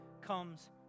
comes